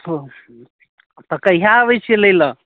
तऽ कहिआ अबै छिए लैलए